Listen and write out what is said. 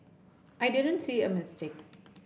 I didn't see a mistake